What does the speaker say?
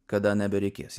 kada nebereikės